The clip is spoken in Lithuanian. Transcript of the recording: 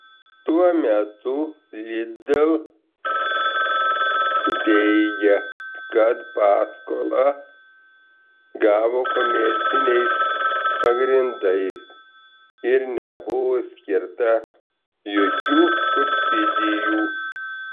tuo metu lidl teigia kad paskolas gavo komerciniais pagrindais ir nebuvo skirta jokių subsidijų